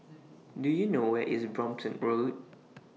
Do YOU know Where IS Brompton Road